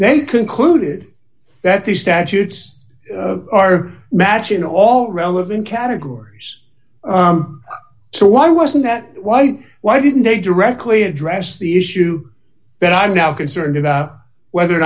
they concluded that the statutes are matching all relevant categories so why wasn't that white why didn't they directly address the issue that i'm now concerned about whether or